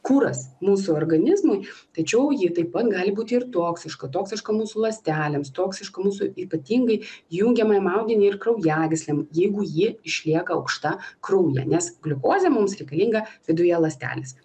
kuras mūsų organizmui tačiau ji taip pat gali būti ir toksiška toksiška mūsų ląstelėms toksiška mūsų ypatingai jungiamajam audiniui ir kraujagyslėm jeigu ji išlieka aukšta kraujyje nes gliukozė mums reikalinga viduje ląstelės